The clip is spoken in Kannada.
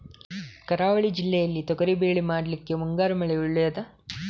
ಕರಾವಳಿ ಜಿಲ್ಲೆಯಲ್ಲಿ ತೊಗರಿಬೇಳೆ ಮಾಡ್ಲಿಕ್ಕೆ ಮುಂಗಾರು ಮಳೆ ಒಳ್ಳೆಯದ?